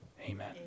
Amen